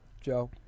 Joe